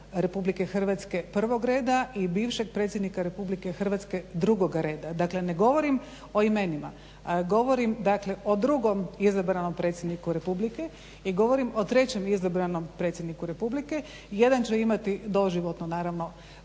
predsjednika RH prvog reda i bivšeg predsjednika RH drugog reda. Dakle ne govorim o imenima. Govorim o drugom izabranom predsjedniku republike i govorim o trećem izabranom predsjedniku republike. Jedan će imati doživotno naravno